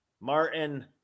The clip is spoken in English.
Martin